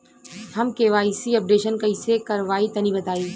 हम KYC updation कइसे करवाई तनि बताई?